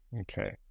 Okay